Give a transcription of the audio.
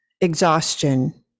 Exhaustion